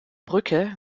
brücke